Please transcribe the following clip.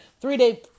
three-day